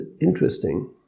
interesting